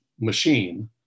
machine